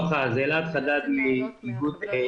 ונעמ"ת מקבלים מהמדינה מבנים מסודרים,